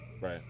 Right